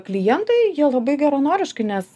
klientai jie labai geranoriškai nes